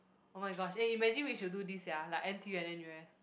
oh-my-gosh eh imagine we should do this sia like N_T_U and N_U_S